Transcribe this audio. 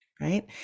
right